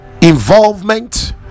involvement